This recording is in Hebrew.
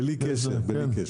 בלי קשר, בלי קשר.